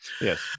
yes